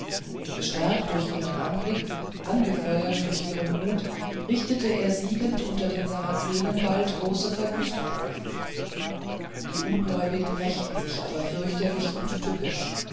gestärkt durch ihren anblick angefeuert durch ihren mut richtete er siegend unter den sarazenen bald große verwüstungen an die ungläubigen rächten sich aber fürchterlich und tückisch